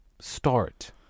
start